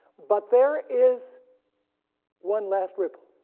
but there is one last ripple.